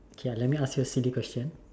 okay let me ask you a silly question